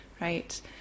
right